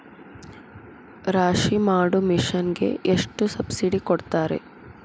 ರಾಶಿ ಮಾಡು ಮಿಷನ್ ಗೆ ಎಷ್ಟು ಸಬ್ಸಿಡಿ ಕೊಡ್ತಾರೆ?